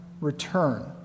return